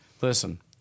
listen